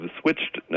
switched